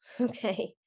okay